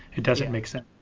it doesn't make sense.